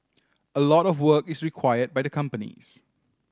a lot of work is required by the companies